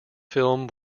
film